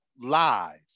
lies